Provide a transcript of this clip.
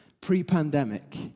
pre-pandemic